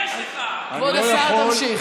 כבוד השר, תמשיך.